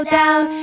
down